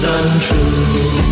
untrue